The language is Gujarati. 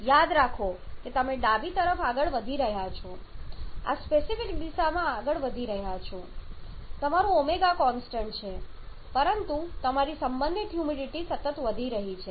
યાદ રાખો કે તમે ડાબી તરફ આગળ વધી રહ્યા છો આ સ્પેસિફિક દિશામાં આગળ વધી રહ્યા છો તમારું ω કોન્સ્ટન્ટ છે પરંતુ તમારી સંબંધિત હ્યુમિડિટી સતત વધી રહી છે